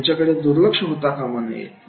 त्यांच्याकडे दुर्लक्ष होता कामा नये